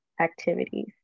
activities